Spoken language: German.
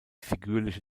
figürliche